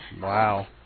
Wow